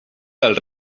del